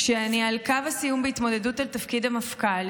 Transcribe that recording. כשאני על קו הסיום בהתמודדות על תפקיד המפכ"ל,